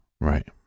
Right